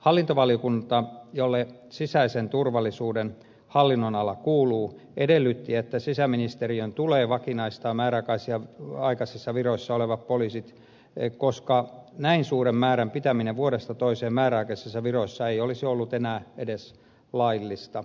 hallintovaliokunta jolle sisäisen turvallisuuden hallinnonala kuuluu edellytti että sisäministeriön tulee vakinaistaa määräaikaisissa viroissa olevat poliisit koska näin suuren määrän pitäminen vuodesta toiseen määräaikaisissa viroissa ei olisi ollut enää edes laillista